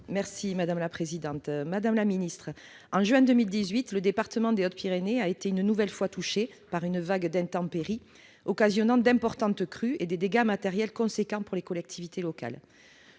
Madame la présidente, madame la ministre, mes chers collègues, en juin 2018, le département des Hautes-Pyrénées a été une nouvelle fois touché par une vague d'intempéries, occasionnant d'importantes crues et des dégâts matériels majeurs pour les collectivités locales.